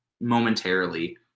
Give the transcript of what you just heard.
momentarily